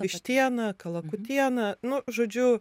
vištiena kalakutiena nu žodžiu